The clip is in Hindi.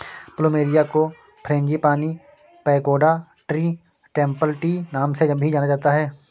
प्लूमेरिया को frangipani, pagoda tree, temple tree नाम से भी जाना जाता है